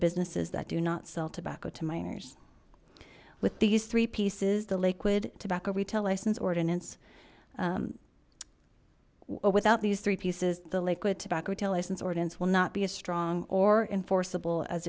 businesses that do not sell tobacco to minors with these three pieces the liquid tobacco retail license ordinance without these three pieces the liquid tobacco to license ordinance will not be as strong or enforceable as